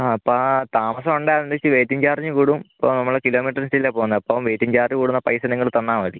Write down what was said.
അപ്പോൾ താമസമുണ്ടെങ്കിൽ അതിനനുസരിച്ച് വെയ്റ്റിംങ്ങ് ചാർജ്ജും കൂടും ഇപ്പം നമ്മൾ കിലോമീറ്റർ അനുസരിച്ചല്ലേ പോകുന്നത് അപ്പം വെയ്റ്റിംങ്ങ് ചാർജ്ജ് കൂടുന്ന പൈസ നിങ്ങൾ തന്നാൽ മതി